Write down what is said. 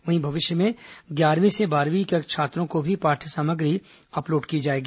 वहीं भविष्य में ग्यारहवीं से बारहवीं तक के छात्रों की भी पाठ्य सामग्री अपलोड की जाएगी